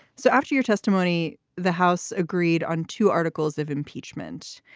so after your testimony, the house agreed on two articles of impeachment.